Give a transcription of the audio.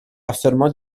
affermò